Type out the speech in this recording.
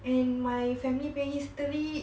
in my family punya history